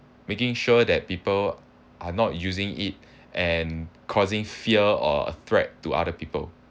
making sure that people are not using it and causing fear or a threat to other people